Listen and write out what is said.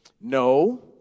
no